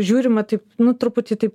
žiūrima taip nu truputį taip